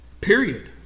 Period